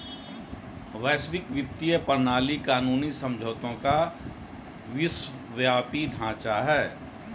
वैश्विक वित्तीय प्रणाली कानूनी समझौतों का विश्वव्यापी ढांचा है